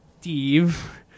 Steve